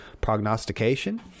prognostication